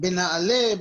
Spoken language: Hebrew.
בנעלה,